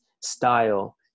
style